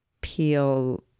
peel